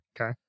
Okay